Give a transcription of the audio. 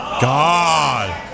God